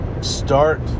start